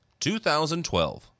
2012